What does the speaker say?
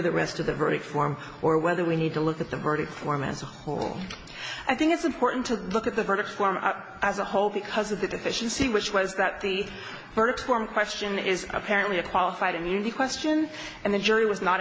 the rest of the verdict form or whether we need to look at the verdict form as a whole i think it's important to look at the verdict form as a whole because of the deficiency which was that the verdict form question is apparently a qualified immunity question and the jury was not